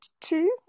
two